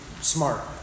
smart